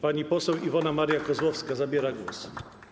Pani poseł Iwona Maria Kozłowska zabiera głos.